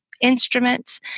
instruments